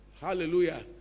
Hallelujah